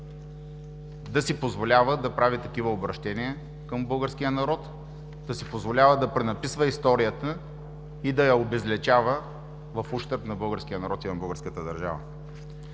да си позволява да прави такива обръщения към българския народ, да си позволява да пренаписва историята и да я обезличава в ущърб на българския народ и на българската държава.